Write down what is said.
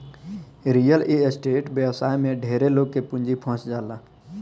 real estate व्यवसाय में ढेरे लोग के पूंजी फंस जाला